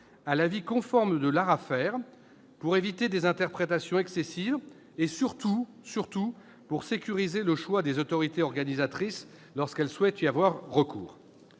-à l'avis conforme de l'ARAFER pour éviter des interprétations excessives et, surtout, pour sécuriser le choix des autorités organisatrices qui souhaitent y avoir recours